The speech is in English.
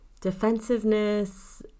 defensiveness